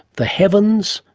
the heavens,